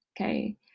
Okay